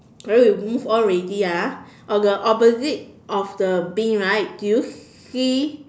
then we move on already ah on the opposite of the bin right do you see